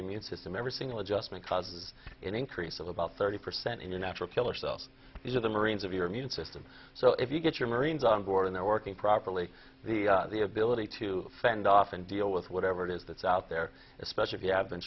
immune system every single adjustment causes an increase of about thirty percent in your natural killer cells these are the marines of your immune system so if you get your marines onboard and they're working properly the the ability to fend off and deal with whatever it is that's out there especially if you have been